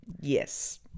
yes